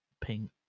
pink